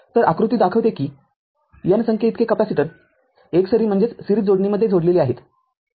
तर आकृती दाखवते कि n संख्येइतके कॅपॅसिटर एकसरी जोडणीमध्ये जोडले आहेत